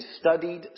studied